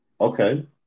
Okay